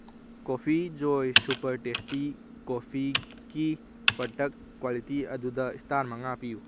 coffee Joy super tasty ꯀꯣꯐꯤꯒꯤ product quality ꯑꯗꯨꯗ star ꯃꯉꯥ ꯄꯤꯌꯨ